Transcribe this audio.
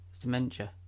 dementia